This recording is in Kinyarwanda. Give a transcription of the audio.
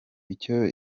icyo